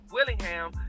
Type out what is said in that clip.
Willingham